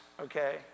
okay